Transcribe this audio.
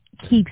keeps